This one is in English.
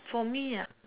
for me